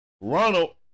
Ronald